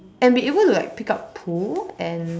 and be able to like pick up poo and